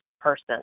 person